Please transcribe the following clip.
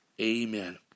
Amen